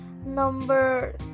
number